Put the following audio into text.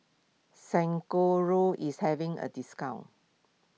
is having a discount